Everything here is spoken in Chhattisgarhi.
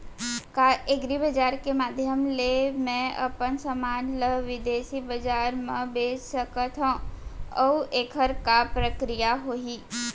का एग्रीबजार के माधयम ले मैं अपन समान ला बिदेसी बजार मा बेच सकत हव अऊ एखर का प्रक्रिया होही?